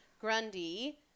Grundy